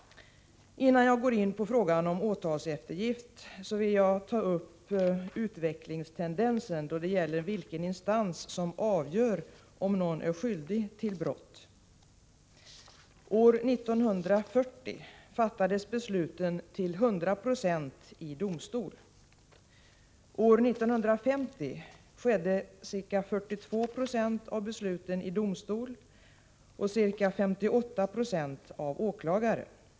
Innan jag går in på frågan om åtalseftergift vill jag ta upp utvecklingstendensen då det gäller vilken instans som avgör om någon är skyldig till brott. År 1940 fattades besluten till 100 96 i domstol. År 1950 fattades ca 42 96 av besluten i domstol och ca 58 96 av åklagare.